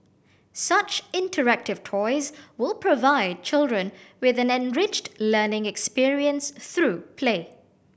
such interactive toys will provide children with an enriched learning experience through play